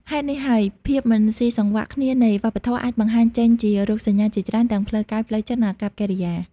ហេតុនេះហើយ ភាពមិនស៊ីសង្វាក់គ្នានៃវប្បធម៌អាចបង្ហាញចេញជារោគសញ្ញាជាច្រើន ទាំងផ្លូវកាយ ផ្លូវចិត្ត និងអាកប្បកិរិយា។